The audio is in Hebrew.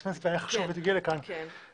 הכנסת אבל היה חשוב לי להגיע לכאן ולדבר.